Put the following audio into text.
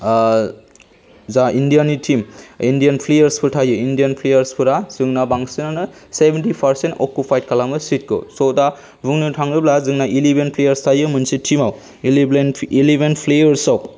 जा इण्डियानि team Indian प्लेयार्सफोर थायो इण्डियान प्लेयार्सफोरा जोंना बांसिनानो सेबेन्टि पार्चेन्ट अकुपाइड खालामो सीटखौ स' दा बुंनो थाङोब्ला जोंना इलेभेन प्लेयार्स थायो मोनसे टीमाव इलेभेन प्लेयार्सआव